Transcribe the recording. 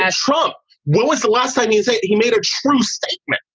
ah trump. what was the last time you say he made a true statement?